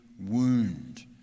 wound